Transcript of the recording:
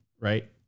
right